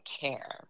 care